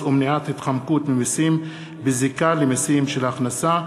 כפל מס ומניעת התחמקות ממסים בזיקה למסים על הכנסה.